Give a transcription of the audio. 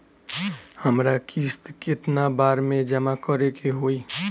हमरा किस्त केतना बार में जमा करे के होई?